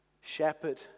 shepherd